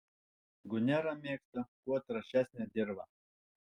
gunera mėgsta kuo trąšesnę dirvą